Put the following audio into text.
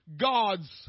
God's